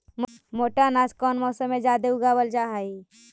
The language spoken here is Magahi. मोटा अनाज कौन मौसम में जादे उगावल जा हई?